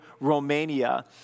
Romania